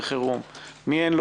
למי אין,